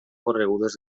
corregudes